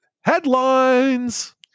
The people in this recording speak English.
headlines